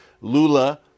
Lula